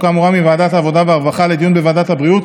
האמורה מוועדת העבודה והרווחה לדיון בוועדת הבריאות